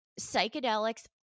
psychedelics